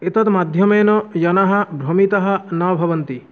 एतद्माध्यमेन जनाः भ्रमितः न भवन्ति